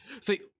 see